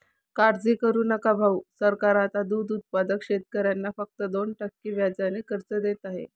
काळजी करू नका भाऊ, सरकार आता दूध उत्पादक शेतकऱ्यांना फक्त दोन टक्के व्याजाने कर्ज देत आहे